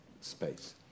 space